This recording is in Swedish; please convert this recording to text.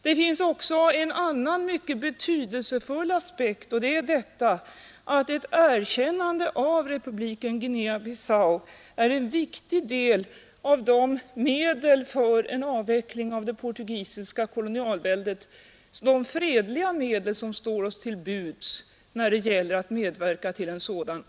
Det finns också en annan mycket betydelsefull aspekt, och det är att ett erkännande av republiken Guinea-Bissau är ett av de fredliga medel som står till buds för att få till stånd en avveckling av det portugisiska kolonialväldet.